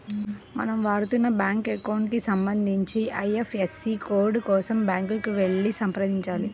మనం వాడుతున్న bank account కి సంబంధించిన ఐ.ఎఫ్.ఎస్.సి కోడ్ కోసం బ్యాంకుకి వెళ్లి సంప్రదించాలి